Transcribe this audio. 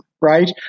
right